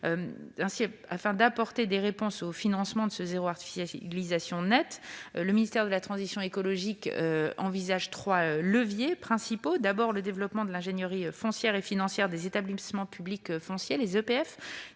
Aussi, afin d'apporter des réponses en matière de financement du « zéro artificialisation nette », le ministère de la transition écologique envisage trois leviers principaux. Le premier levier est le développement de l'ingénierie foncière et financière des établissements publics fonciers (EPF),